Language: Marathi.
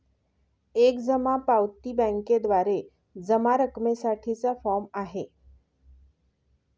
एक जमा पावती बँकेद्वारे जमा रकमेसाठी चा फॉर्म आहे